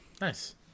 nice